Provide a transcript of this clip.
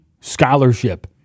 scholarship